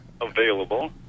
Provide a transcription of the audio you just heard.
Available